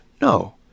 No